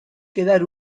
quedar